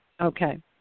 Okay